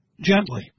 Gently